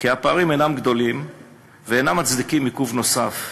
כי הפערים אינם גדולים ואינם מצדיקים עיכוב נוסף